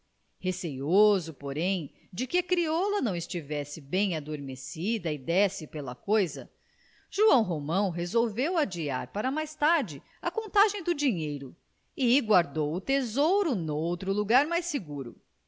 receoso porém de que a crioula não estivesse bem adormecida e desse pela coisa joão romão resolveu adiar para mais tarde a contagem do dinheiro e guardou o tesouro noutro lugar mais seguro